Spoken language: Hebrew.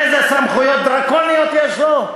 איזה סמכויות דרקוניות יש לו?